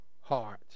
heart